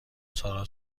سارا